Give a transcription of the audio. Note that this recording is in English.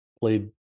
played